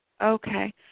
Okay